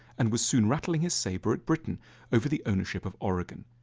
and was soon rattling his saber at britain over the ownership of oregon.